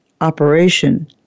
operation